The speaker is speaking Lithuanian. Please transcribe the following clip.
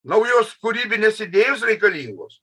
naujos kūrybinės idėjos reikalingos